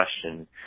question